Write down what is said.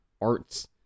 arts